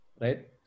right